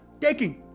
taking